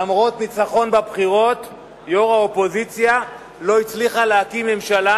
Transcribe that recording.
למרות הניצחון בבחירות יושבת-ראש האופוזיציה לא הצליחה להקים ממשלה,